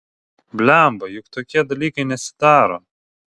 blemba juk tokie dalykai nesidaro